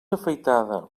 afaitada